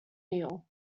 nil